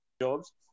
jobs